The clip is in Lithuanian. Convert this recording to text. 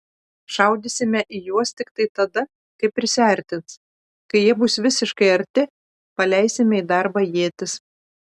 šaudysime į juos tiktai tada kai prisiartins kai jie bus visiškai arti paleisime į darbą ietis